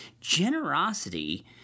Generosity